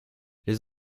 les